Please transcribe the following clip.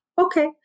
okay